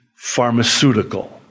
pharmaceutical